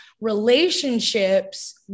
relationships